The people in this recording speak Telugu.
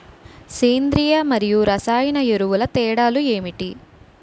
సేంద్రీయ మరియు రసాయన ఎరువుల తేడా లు ఏంటి?